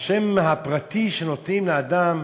השם הפרטי שנותנים לאדם,